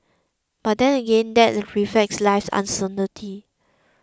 but that again that reflects life's uncertainty